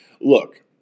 look